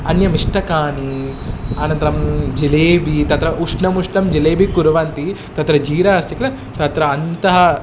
अन्यमिष्टकानि अनन्तरं जिलेबि तत्र उष्णम् उष्णं जिलेबि कुर्वन्ति तत्र जीरा अस्ति किल तत्र अन्तः